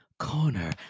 Corner